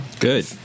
Good